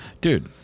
Dude